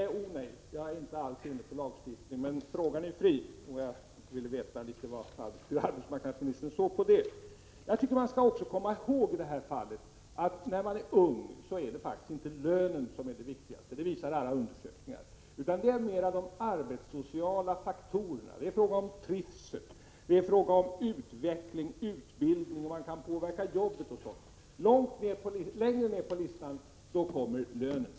Herr talman! Jag är inte alls inne på lagstiftning — o nej! Men frågan är fri, och jag ville veta hur arbetsmarknadsministern såg på detta. Jag tycker vi skall komma ihåg att när man är ung är faktiskt inte lönen det viktigaste — det visar alla undersökningar — utan det handlar mera om de arbetssociala faktorerna. Det är fråga om trivsel, utveckling, utbildning, om man kan påverka jobbet och sådant. Längre ned på listan kommer lönen.